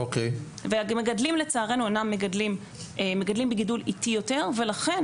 המגדלים מגדלים בגידול איטי יותר ולכן